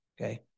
okay